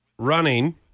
Running